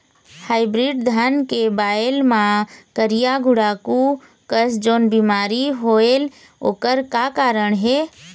Hybrid धान के बायेल मां करिया गुड़ाखू कस जोन बीमारी होएल ओकर का कारण हे?